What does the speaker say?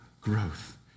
growth